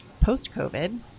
post-COVID